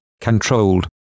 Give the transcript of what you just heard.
controlled